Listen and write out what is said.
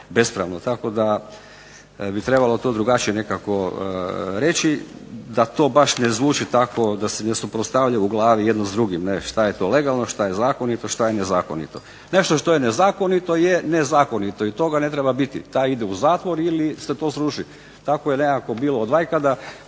bespravno. Tako da bi trebalo to drugačije nekako reći da to baš ne zvuči tako da se ne suprotstavlja u glavi jedno s drugim, ne, šta je to legalno, šta je zakonito, šta je nezakonito. Nešto što je nezakonito je nezakonito i toga ne treba biti. Taj ide u zatvor ili se to sruši. Tako je nekako bilo od vajkada,